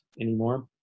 anymore